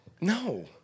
No